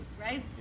right